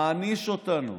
מעניש אותנו